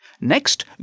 Next